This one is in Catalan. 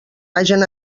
hagen